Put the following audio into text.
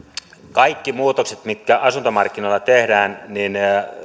kaikki muutokset mitkä asuntomarkkinoilla tehdään